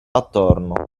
attorno